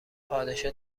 پادشاه